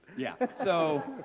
yeah, so.